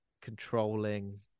controlling